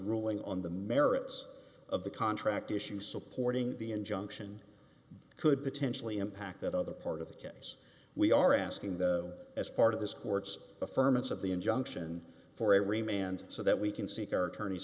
ruling on the merits of the contract issue supporting the injunction could potentially impact that other part of the case we are asking though as part of this court's affirmative the injunction for every man and so that we can seek our attorney